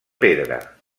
pedra